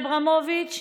אברמוביץ'?